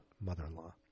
mother-in-law